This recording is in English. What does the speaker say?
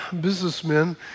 businessmen